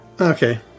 Okay